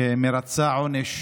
שמרצה עונש